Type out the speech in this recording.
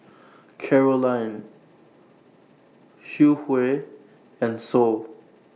Caroline Hughey and Sol